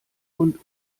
und